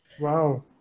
Wow